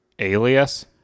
alias